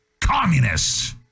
communists